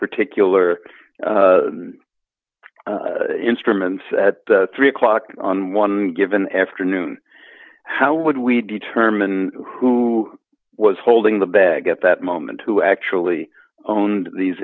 particular instruments at three o'clock on one given afternoon how would we determine who was holding the bag at that moment who actually owned these